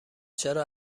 چرا